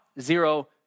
zero